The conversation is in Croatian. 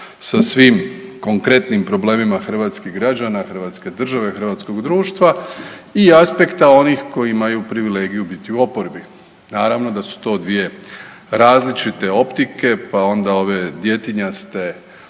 sa svim konkretnim problemima hrvatskih građana, hrvatske države, hrvatskog društva i aspektima onih koji imaju privilegiju biti u oporbi. Naravno da su to dvije različite optike, pa onda ove djetinjaste